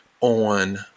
on